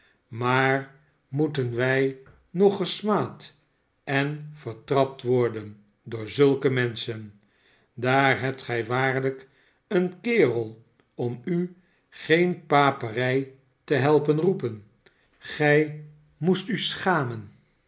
maar moeten wij nog gesmaad en vertrapt worden door zulke menschen daar hebt gij waarlijk een kerel omu geen paperij te helpen roepen gij moest u schamen